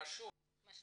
רשום אבל לא חוקי.